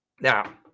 Now